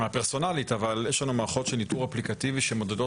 הפרסונלית אבל יש לנו מערכות של ניטור אפליקטיבי שמודדות